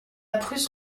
prusse